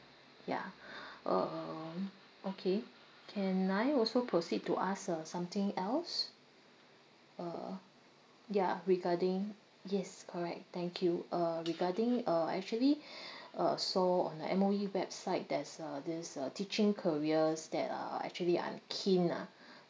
yeah uh um okay can I also proceed to ask uh something else uh yeah regarding yes correct thank you uh regarding uh actually uh saw on the M_O_E website there's uh this uh teaching careers that uh actually I'm keen lah